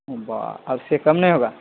او باپ اور اس سے کم نہیں ہوگا